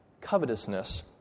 covetousness